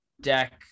Deck